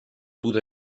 pudo